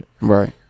Right